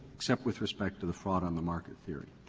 except with respect to the fraud on the market theory?